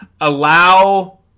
allow